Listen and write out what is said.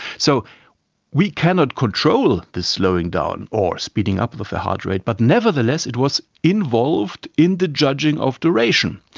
so we cannot control this slowing down or speeding up of the heartrate, but nevertheless it was involved in the judging of duration.